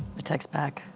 text back,